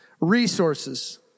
Resources